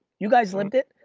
you guys lived it,